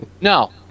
No